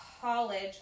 college